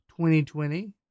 2020